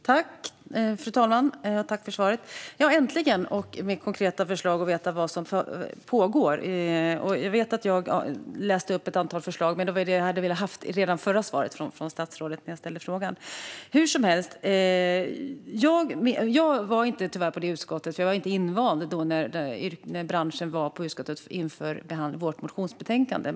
Fru talman! Tack för svaret! Äntligen fick jag höra mer konkreta förslag och veta vad som pågår. Jag vet att jag läste upp ett antal förslag, men det var det jag hade velat höra redan i förra svaret från statsrådet. Jag var tyvärr inte på det mötet, för jag var inte invald i utskottet när företrädare för branschen var i utskottet inför vårt motionsbetänkande.